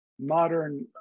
modern